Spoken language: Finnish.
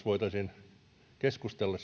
voitaisiin keskustella